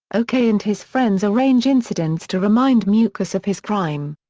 o k. and his friends arrange incidents to remind mukesh of his crime.